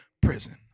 prison